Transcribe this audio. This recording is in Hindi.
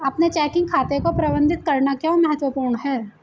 अपने चेकिंग खाते को प्रबंधित करना क्यों महत्वपूर्ण है?